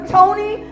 Tony